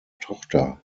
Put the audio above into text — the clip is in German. tochter